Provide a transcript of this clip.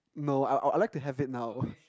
no I would I would like to have it now